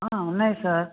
ఉన్నాయి సార్